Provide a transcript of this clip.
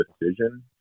decision